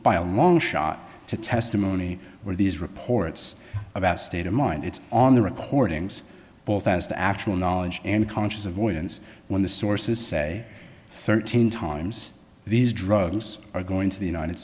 by a long shot to testimony where these reports about state of mind it's on the recordings both as to actual knowledge and conscious avoidance when the sources say thirteen times these drugs are going to the united